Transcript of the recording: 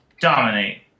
Dominate